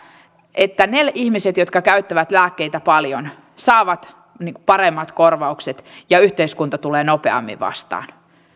että ne ihmiset jotka käyttävät lääkkeitä paljon saavat paremmat korvaukset ja yhteiskunta tulee nopeammin vastaan